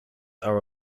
are